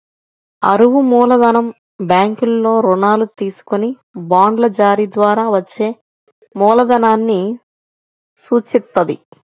అరువు మూలధనం బ్యాంకుల్లో రుణాలు తీసుకొని బాండ్ల జారీ ద్వారా వచ్చే మూలధనాన్ని సూచిత్తది